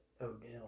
Odell